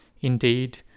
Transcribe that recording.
indeed